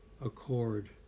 accord